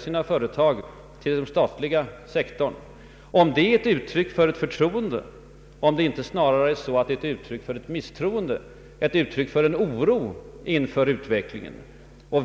sina företag till den statliga sektorn är ett uttryck för förtroende. Är det inte snarare ett uttryck för misstroende och för oro inför utvecklingen?